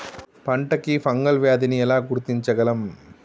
పంట కి ఫంగల్ వ్యాధి ని ఎలా గుర్తించగలం?